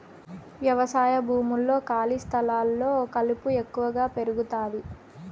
వ్యవసాయ భూముల్లో, ఖాళీ స్థలాల్లో కలుపు ఎక్కువగా పెరుగుతాది